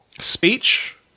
Speech